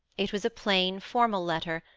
it was a plain, formal letter,